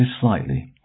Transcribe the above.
slightly